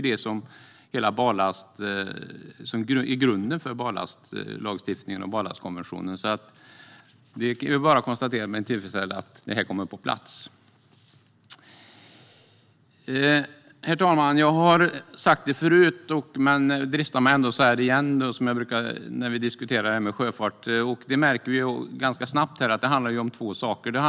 Det är hela grunden för barlastlagstiftningen och barlastkonventionen. Det är bara att med tillfredsställelse konstatera att detta kommer på plats. Herr talman! Jag har sagt det förut, men jag dristar mig att säga det igen. När vi diskuterar sjöfart märker vi ganska snabbt att det handlar om två saker.